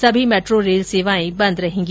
सभी metro rail सेवाएं बंद रहेगी